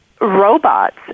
robots